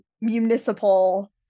municipal